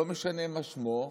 לא משנה מה שמו,